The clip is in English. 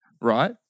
right